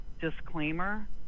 disclaimer